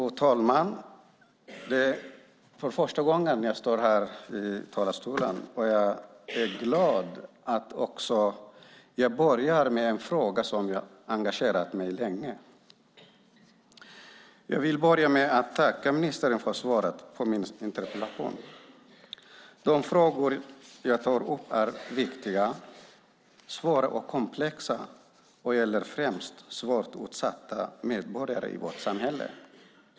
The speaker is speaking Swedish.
Fru talman! Det är första gången som jag står här i talarstolen, och jag är glad att jag börjar med en fråga som har engagerat mig länge. Jag vill börja med att tacka ministern för svaret på min interpellation. De frågor jag tar upp är viktiga, svåra och komplexa och gäller främst svårt utsatta medborgare i vårt samhälle.